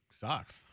sucks